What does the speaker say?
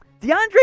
DeAndre